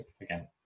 again